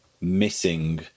missing